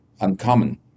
uncommon